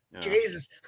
jesus